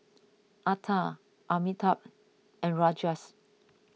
Atal Amitabh and Rajesh